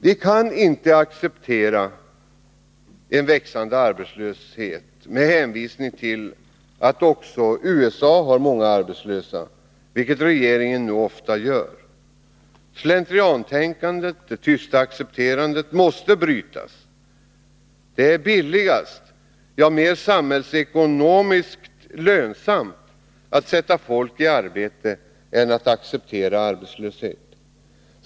Vi kan inte acceptera en växande arbetslöshet med hänvisning till att också USA har många arbetslösa, vilket regeringen nu ofta gör. Slentriantänkandet, det tysta accepterandet, måste brytas. Det är billigare — ja, mer samhällsekonomiskt lönsamt — att sätta folk i arbete än att acceptera arbetslöshet.